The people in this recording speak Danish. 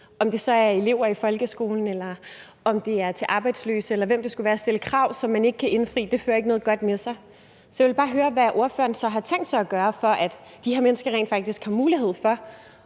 om det så er til elever i folkeskolen, eller om det er til arbejdsløse, eller hvem det nu skulle være – ikke fører noget godt med sig. Så jeg vil bare høre, hvad ordføreren så har tænkt sig at gøre, for at de her mennesker rent faktisk har mulighed for